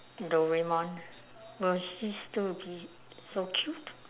doraemon will he still be so cute